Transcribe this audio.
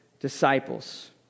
disciples